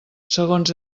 segons